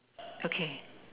okay